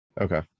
Okay